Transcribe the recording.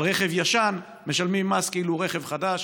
על רכב ישן משלמים מס כאילו הוא רכב חדש,